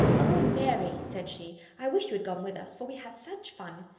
oh! mary, said she, i wish you had gone with us, for we had such fun!